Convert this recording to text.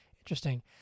Interesting